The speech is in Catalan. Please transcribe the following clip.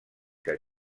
que